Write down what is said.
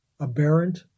Aberrant